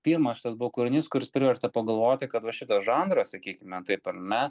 pirmas šitas buvo kūrinys kuris privertė pagalvoti kad va šitas žanras sakykime taip ar ne